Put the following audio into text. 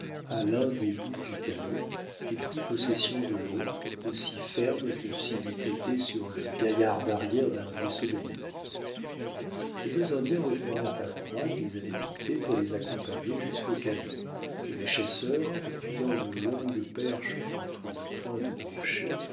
l'un des bouts du canot et prit possession de l'autre aussi ferme que s'il eût été sur le gaillard d'arrière d'un vaisseau de ligne les deux indiens retournèrent à l'endroit qu'ils avaient quitté pour les accompagner jusqu'au canot et le chasseur appuyant une longue perche contre une pointe de rocher